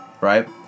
right